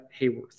Hayworth